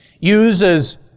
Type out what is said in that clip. uses